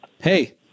Hey